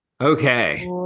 Okay